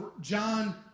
John